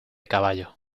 caballo